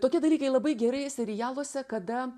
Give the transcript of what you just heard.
tokie dalykai labai gerai serialuose kada